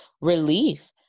relief